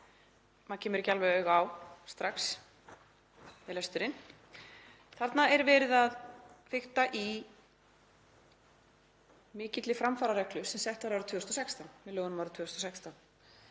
kannski ekki alveg auga á strax við lesturinn. Þarna er verið að fikta í mikilli framfarareglu sem sett var með lögunum árið 2016.